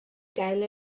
gael